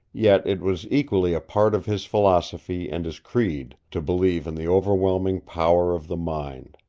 yet it was equally a part of his philosophy and his creed to believe in the overwhelming power of the mind.